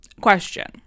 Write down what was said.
question